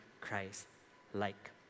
Christ-like